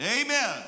Amen